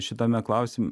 šitame klausim